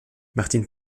martin